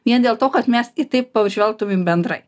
vien dėl to kad mes į tai pažvelgtumėm bendrai